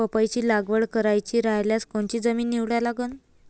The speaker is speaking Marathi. पपईची लागवड करायची रायल्यास कोनची जमीन निवडा लागन?